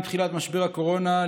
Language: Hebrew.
עם תחילת משבר הקורונה,